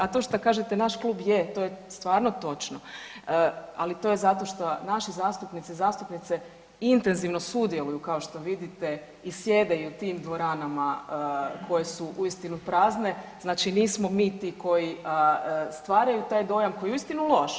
A to što kažete naš klub je to je stvarno točno, ali to je zato što naši zastupnici i zastupnice intenzivno sudjeluju kao što vidite i sjede i u tim dvoranama koje su uistinu prazne, znači nismo mi ti koji stvaraju taj dojam koji je uistinu loš.